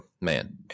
man